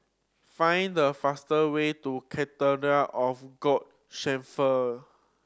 find the fastest way to Cathedral of Shepherd